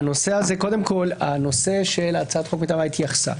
בנושא הצעת החוק מטעם הוועדה, היא התייחסה.